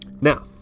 Now